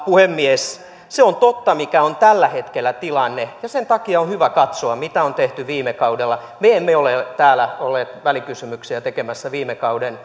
puhemies se on totta mikä on tällä hetkellä tilanne ja sen takia on hyvä katsoa mitä on tehty viime kaudella me emme ole ole täällä olleet välikysymyksiä tekemässä viime kauden